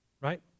right